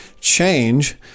change